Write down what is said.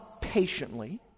patiently